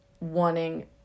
wanting